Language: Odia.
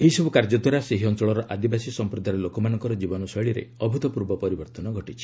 ଏହିସରୁ କାର୍ଯ୍ୟ ଦ୍ୱାରା ସେହି ଅଞ୍ଚଳର ଆଦିବାସୀ ସମ୍ପ୍ରଦାୟ ଲୋକମାନଙ୍କର ଜୀବନ ଶୈଳୀ ଅଭ୍ରତ୍ପର୍ବ ପରିବର୍ତ୍ତନ ଘଟିଛି